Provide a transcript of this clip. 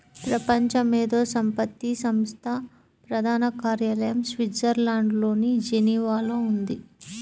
ప్రపంచ మేధో సంపత్తి సంస్థ ప్రధాన కార్యాలయం స్విట్జర్లాండ్లోని జెనీవాలో ఉంది